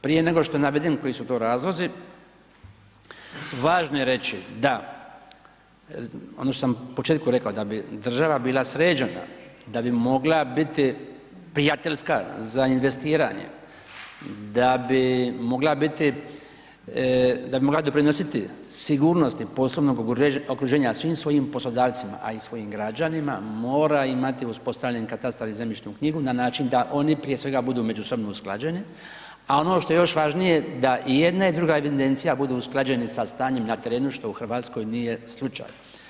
Prije nego što navedem koji su to razlozi važno je reći da, ono što sam u početku rekao, da bi država bila sređena, da bi mogla biti prijateljska za investiranje, da bi mogla biti, da bi mogla doprinositi sigurnosti poslovnog okruženja svim svojim poslodavcima, a i svojim građanima mora imati uspostavljen katastar i zemljišnu knjigu na način da oni prije svega budu međusobno usklađeni, a ono što je još važnije da i jedna i druga evidencija budu usklađeni sa stanjem na terenu što u Hrvatskoj nije slučaj.